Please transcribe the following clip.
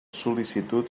sol·licitud